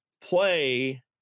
play